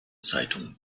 zeitung